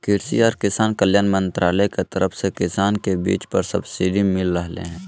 कृषि आर किसान कल्याण मंत्रालय के तरफ से किसान के बीज पर सब्सिडी मिल लय हें